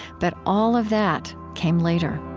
but all of that came later.